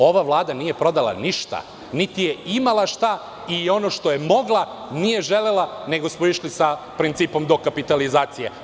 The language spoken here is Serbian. Ova vlada nije prodala ništa, niti je imala šta, i ono što je mogla nije želela, nego smo išli sa principom dokapitalizacije.